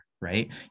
right